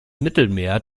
mittelmeer